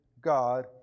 God